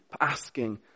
asking